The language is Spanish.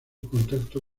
contacto